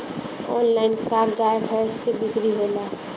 Online का गाय भैंस क बिक्री होला?